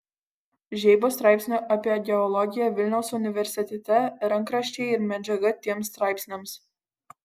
žeibos straipsnių apie geologiją vilniaus universitete rankraščiai ir medžiaga tiems straipsniams